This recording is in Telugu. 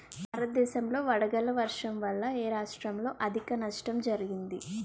భారతదేశం లో వడగళ్ల వర్షం వల్ల ఎ రాష్ట్రంలో అధిక నష్టం జరిగింది?